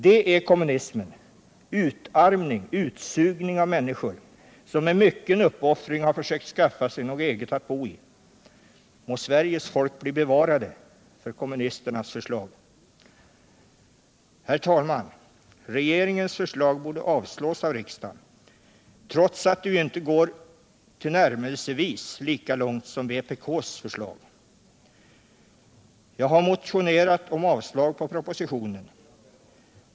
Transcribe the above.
Detta är kommunismen — utarmning och utsugning av människor som med mycken uppoffring har försökt skaffa sig något eget att bo i. Må Sveriges folk bli bevarat för kommunisternas förslag. Herr talman! Regeringens förslag borde avslås av riksdagen trots att det inte går tillnärmelsevis lika långt som vpk:s förslag. Jag har motionerat om avslag på propositionen.